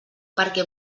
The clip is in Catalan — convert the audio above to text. perquè